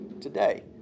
today